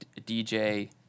DJ